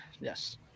Yes